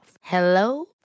Hello